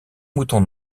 moutons